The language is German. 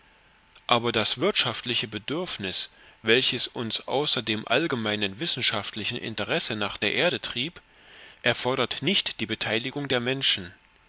aber das wirtschaftliche bedürfnis welches uns außer dem allgemeinen wissenschaftlichen interesse nach der erde trieb erfordert nicht die beteiligung der menschen